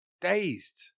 dazed